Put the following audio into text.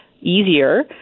easier